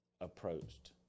approached